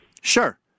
Sure